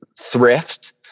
thrift